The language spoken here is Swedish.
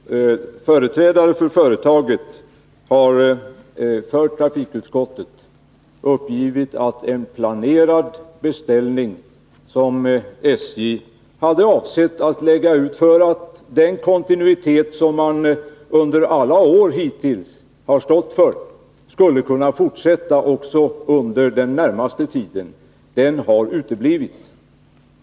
Herr talman! Företrädare för företaget har för trafikutskottet uppgivit att en planerad beställning, som SJ hade avsett att lägga ut för att den kontinuitet som man under alla år hittills har stått för skulle kunna upprätthållas också under den närmaste tiden, har uteblivit.